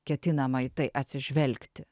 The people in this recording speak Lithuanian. ketinama į tai atsižvelgti